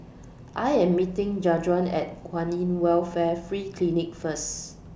I Am meeting Jajuan At Kwan in Welfare Free Clinic First